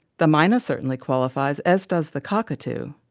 the mynah certainly qualifies, as does the cockatoo.